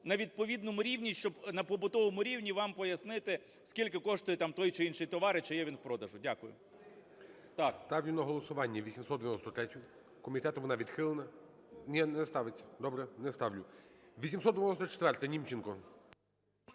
на відповідному рівні, щоб на побутовому рівні вам пояснити, скільки коштує, там, той чи інший товар і чи є він в продажу. Дякую. ГОЛОВУЮЧИЙ. Ставлю на голосування 893-ю. Комітетом вона відхилена. Ні, не ставиться. Добре. Не ставлю. 894-а, Німченко.